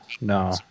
no